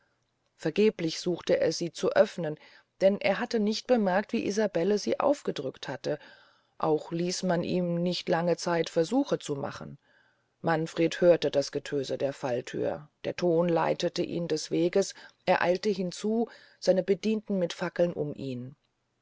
vergeblich suchte er sie zu eröffnen denn er hatte nicht bemerkt wie isabelle sie aufgedrückt hatte auch ließ man ihm nicht lange zeit versuche zu machen manfred hörte das getöse der fallthür der ton leitete ihn des weges er eilte hinzu seine bedienten mit fackeln um ihn